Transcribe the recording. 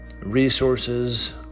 resources